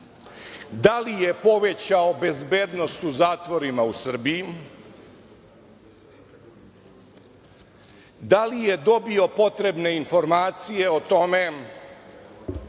Da li je povećao bezbednost u zatvorima u Srbiji? Da li je dobio potrebne informacije o tome